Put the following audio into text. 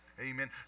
Amen